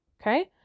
Okay